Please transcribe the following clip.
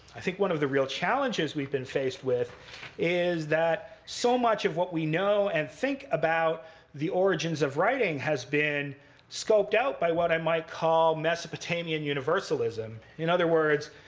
i think one of the real challenges we've been faced with is that so much of what we know and think about the origins of writing has been scoped out by what i might call mesopotamian universalism. in other words,